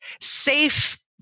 safe